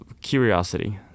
curiosity